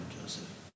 Joseph